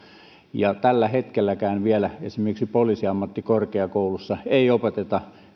ja tällä hetkelläkään vielä esimerkiksi poliisiammattikorkeakoulussa ei opeteta